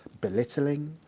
belittling